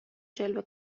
جلوه